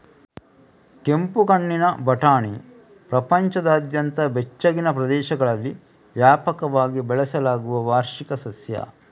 ಕಪ್ಪು ಕಣ್ಣಿನ ಬಟಾಣಿ ಪ್ರಪಂಚದಾದ್ಯಂತ ಬೆಚ್ಚಗಿನ ಪ್ರದೇಶಗಳಲ್ಲಿ ವ್ಯಾಪಕವಾಗಿ ಬೆಳೆಸಲಾಗುವ ವಾರ್ಷಿಕ ಸಸ್ಯ